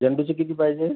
झेंडूची किती पाहिजे